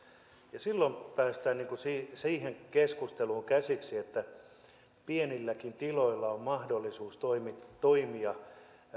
ja silloin päästään siihen keskusteluun käsiksi että pienilläkin tiloilla on mahdollisuus toimia